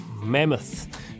mammoth